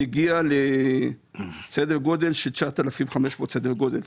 מגיע לסדר גודל של 9,500. סדר גודל.